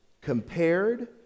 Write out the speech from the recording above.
compared